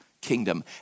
kingdom